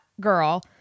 girl